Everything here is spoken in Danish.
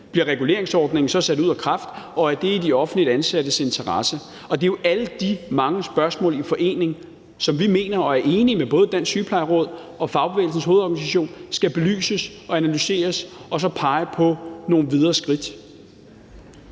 Bliver reguleringsordningen så sat ud af kraft, og er det i de offentligt ansattes interesse? Og det er jo alle de mange spørgsmål i forening, som vi mener og er enige med både Dansk Sygeplejeråd og Fagbevægelsens Hovedorganisation i skal belyses og analyseres og så pege på nogle videre skridt.